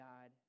God